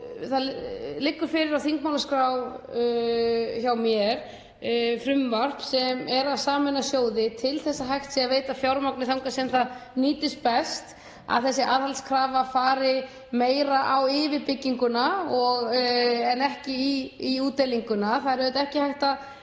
Það liggur fyrir á þingmálaskrá hjá mér frumvarp um að sameina sjóði til að hægt sé að veita fjármagn þangað sem það nýtist best, að þessi aðhaldskrafa fari meira á yfirbygginguna en ekki í útdeilinguna. Það er auðvitað ekki hægt að